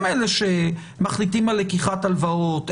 הם אלה שמחליטים על לקיחת הלוואות.